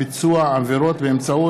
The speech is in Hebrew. בבקשה.